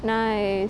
nice